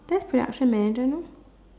that's production manager no